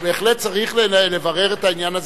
ובהחלט צריך לברר את העניין הזה,